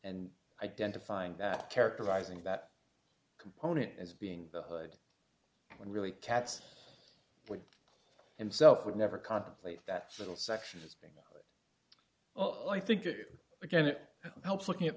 and identifying that characterizing that component as being the hood when really cats like himself would never contemplate that little section is being well i think it again it helps looking at